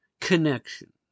connection